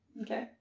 Okay